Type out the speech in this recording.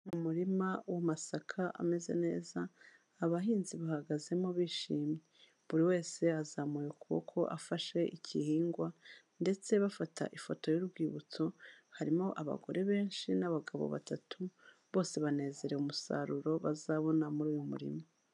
Mu muririma w'amasaka ameze neza, abahinzi bahagazemo bishimye. buri wese azamuye ukuboko afashe igihingwa ndetse bafata ifoto y'urwibutso. Harimo abagore benshi n'abagabo batatu bose banezere umusaruro bazabona muri uyu murimo.